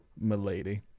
Milady